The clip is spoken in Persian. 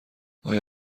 آیا